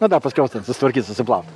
na da paskiau susitvarkyt susiplaut